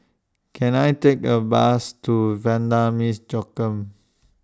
Can I Take A Bus to Vanda Miss Joaquim